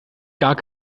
gar